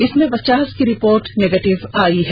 इसमें पचास की रिपोर्ट निगेटिव आ चुकी है